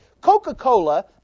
...Coca-Cola